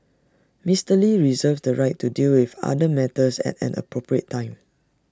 Mister lee reserves the right to deal with other matters at an appropriate time